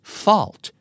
fault